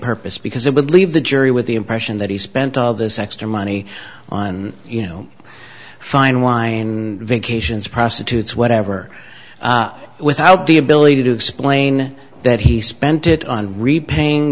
purpose because it would leave the jury with the impression that he spent all this extra money on you know fine wine vacations prostitutes whatever without the ability to explain that he spent it on repaying